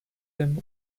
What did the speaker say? him